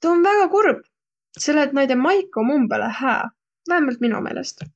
tuu om väega kurb, selle et näide maik om väega hää. Vähämbält mino meelest.